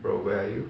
bro where are you